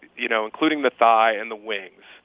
you know including the thigh and the wings.